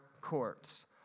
courts